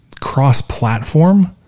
cross-platform